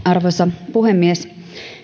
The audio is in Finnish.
arvoisa puhemies